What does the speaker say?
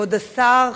כבוד השר,